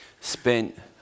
spent